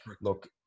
look